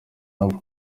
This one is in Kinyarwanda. nabo